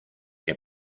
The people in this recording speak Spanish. que